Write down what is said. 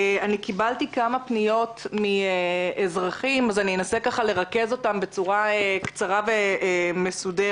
קיבלתי כמה פניות מאזרחים אז אנסה לרכז אותן בצורה קצרה ומסודרת.